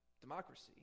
democracy